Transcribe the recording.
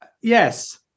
yes